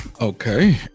Okay